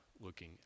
looking